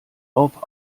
auf